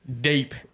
deep